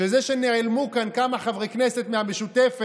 שזה שנעלמו כאן כמה חברי כנסת מהמשותפת,